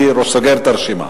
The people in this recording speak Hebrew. אני סוגר את הרשימה.